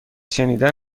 شنیدن